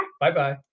Bye-bye